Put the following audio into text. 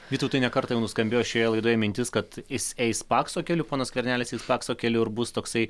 vytautai ne kartą jau nuskambėjo šioje laidoje mintis kad jis eis pakso keliu ponas skvernelis eis pakso keliu ir bus toksai